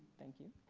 thank you.